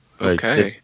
Okay